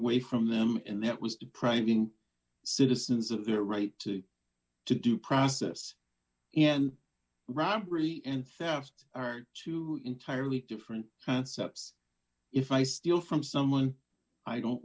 know way from them and that was depriving citizens of their right to due process and robbery and theft are two entirely different concepts if i steal from someone i